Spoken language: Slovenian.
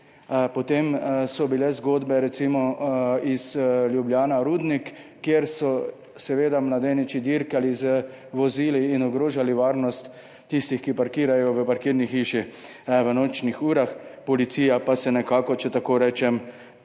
potem so bile zgodbe recimo iz Ljubljane, Rudnika, kjer so mladeniči dirkali z vozili in ogrožali varnost tistih, ki parkirajo v parkirni hiši v nočnih urah, policija pa se nekako, če tako rečem,